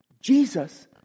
Jesus